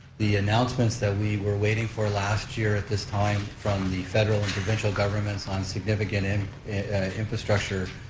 the announcements that we were waiting for last year at this time from the federal and provincial governments on significant and infrastructure